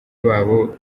babo